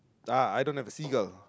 ah I don't have a seagull